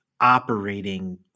operating